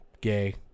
Gay